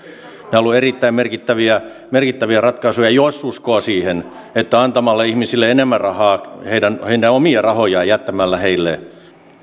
ovat olleet erittäin merkittäviä merkittäviä ratkaisuja jos uskoo siihen että antamalla ihmisille enemmän rahaa heidän heidän omia rahojaan jättämällä heille